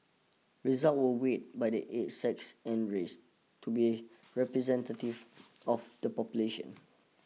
results were weighted by age sex and race to be representative of the population